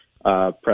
Press